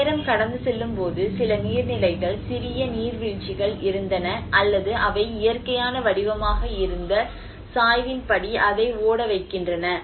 நேரம் கடந்து செல்லும்போது சில நீர்நிலைகள் சிறிய நீர்வீழ்ச்சிகள் இருந்தன அல்லது அவை இயற்கையான வடிவமாக இருந்த சாய்வின் படி அதை ஓட வைக்கின்றன